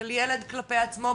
של ילד כלפי עצמו,